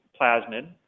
plasmid